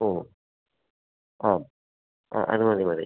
ഓ ആ ആ അതുമതി മതി